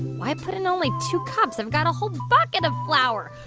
why put in only two cups? i've got a whole bucket of flour.